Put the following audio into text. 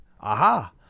aha